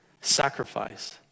sacrifice